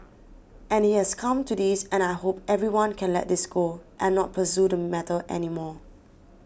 and it has come to this and I hope everyone can let this go and not pursue the matter anymore